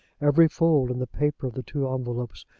every fold in the paper of the two envelopes,